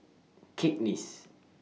Cakenis